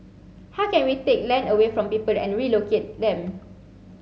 how can we take land away from people and relocate them